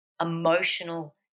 emotional